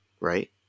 right